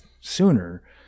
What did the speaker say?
sooner